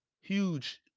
huge